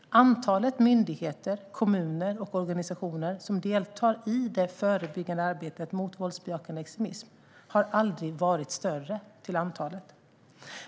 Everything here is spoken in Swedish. Antalet myndigheter, kommuner och organisationer som deltar i det förebyggande arbetet mot våldsbejakande extremism har aldrig varit större.